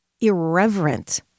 irreverent